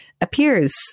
appears